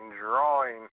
Drawing